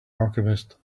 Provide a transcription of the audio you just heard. alchemist